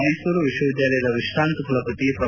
ಮ್ನೆಸೂರು ವಿಶ್ವವಿದ್ಭಾಲಯದ ವಿಶ್ರಾಂತ ಕುಲಪತಿ ಪ್ರೊ